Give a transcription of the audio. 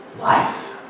Life